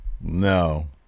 No